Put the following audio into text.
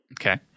Okay